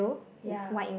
ya